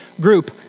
group